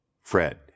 Fred